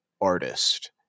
artist